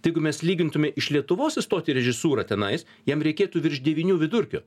tai jeigu mes lygintume iš lietuvos įstot į režisūrą tenais jam reikėtų virš devynių vidurkio